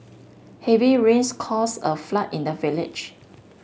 heavy rains caused a flood in the village